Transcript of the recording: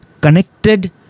connected